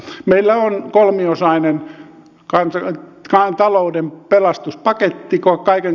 meillä on kolmiosainen talouden pelastuspaketti kaiken kaikkiaan